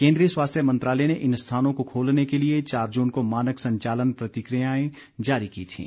केंद्रीय स्वास्थ्य मंत्रालय ने इन स्थानों को खोलने के लिए चार जुन को मानक संचालन प्रक्रियाएं जारी की थीं